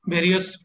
Various